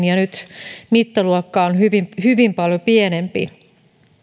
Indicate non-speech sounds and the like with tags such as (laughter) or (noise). (unintelligible) ja nyt mittaluokka on hyvin paljon pienempi